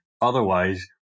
Otherwise